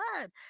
good